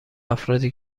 افرادی